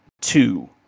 two